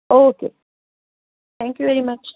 okay thank you very much